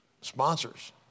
sponsors